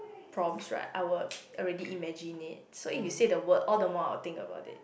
prompt right I will already imagine it so if you say the word all the more I will think about it